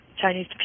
Chinese